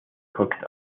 cooked